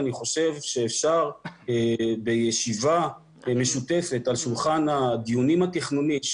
אני חושב שאפשר בישיבה משותפת על שולחן הדיונים התכנוני לעשות זאת.